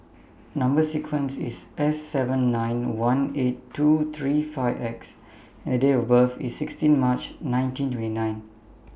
Number sequence IS S seven nine one eight two three five X and Date of birth IS sixteen March nineteen twenty nine